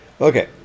Okay